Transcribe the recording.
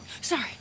Sorry